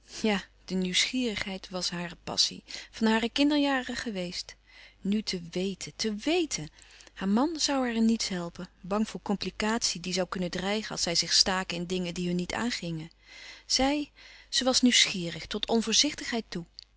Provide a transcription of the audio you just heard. ja de nieuwsgierigheid was hare passie van hare kinderjaren geweest nu te weten te wéten haar man zoû haar in niets helpen bang voor complicatie die zoû kunnen dreigen als zij zich staken in dingen die hun niet aangingen zij ze was nieuwsgierig tot onvoorzichtigheid toe